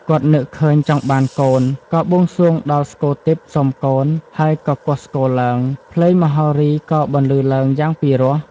គាត់នឹកឃើញចង់បានកូន ក៏បួងសួងដល់ស្គរទិព្វសុំកូន ហើយក៏គោះ ស្គរឡើង។ ភ្លេងមហោរីក៏បន្លឺឡើងយ៉ាងពីរោះ។